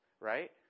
right